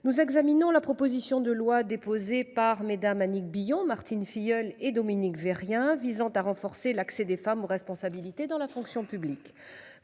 nous examinons la proposition de loi déposée par madame Annick Billon Martine Filleul et Dominique Vérien visant à renforcer l'accès des femmes aux responsabilités dans la fonction publique,